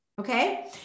Okay